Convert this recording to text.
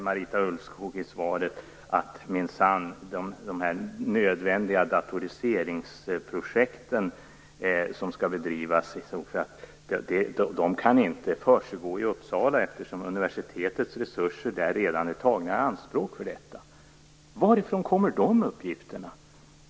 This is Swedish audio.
Marita Ulvskog säger i svaret att de nödvändiga datoriseringsprojekt som skall bedrivas inte kan försiggå i Uppsala eftersom universitetets resurser där redan är tagna i anspråk. Varifrån kommer de uppgifterna?